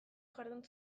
jardun